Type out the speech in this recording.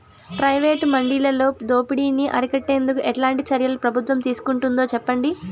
Private మండీలలో దోపిడీ ని అరికట్టేందుకు ఎట్లాంటి చర్యలు ప్రభుత్వం తీసుకుంటుందో చెప్పండి?